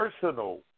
personal